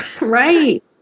Right